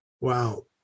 Wow